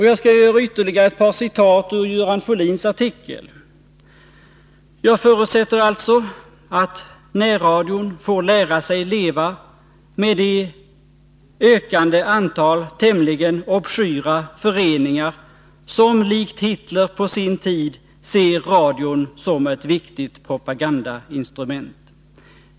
Jag skall citera ytterligare ur Göran Folins artikel: ”Jag förutser alltså att närradion får lära sig leva med det ökande antal tämligen obskyra föreningar som likt Fitler på sin tid ser radion som ett viktigt propagandainstrument.